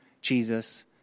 Jesus